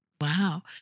Wow